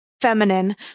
feminine